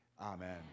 Amen